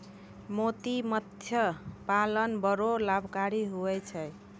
मोती मतस्य पालन बड़ो लाभकारी हुवै छै